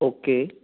okay